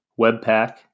Webpack